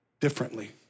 differently